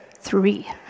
three